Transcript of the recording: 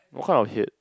what kind of head